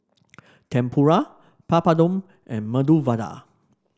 Tempura Papadum and Medu Vada